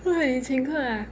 !wah! 你请客啊